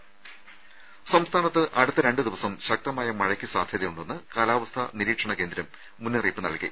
രുമ സംസ്ഥാനത്ത് അടുത്ത രണ്ടുദിവസം ശക്തമായ മഴയ്ക്ക് സാധ്യതയുണ്ടെന്ന് കാലാവസ്ഥാ നിരീക്ഷണ കേന്ദ്രം മുന്നറിയിപ്പ് നൽകി